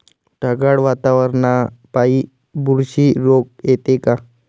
ढगाळ वातावरनापाई बुरशी रोग येते का?